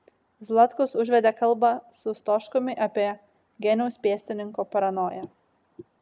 zlatkus užvedė kalbą su stoškumi apie geniaus pėstininko paranoją